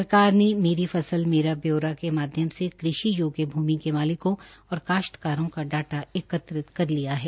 सरकार ने मेरी फसल मेरा ब्योरा के माध्यम से कृषि योग्य भूमि के मालिकों और काश्तकारों का डाटा एकत्र कर लिया है